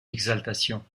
exaltation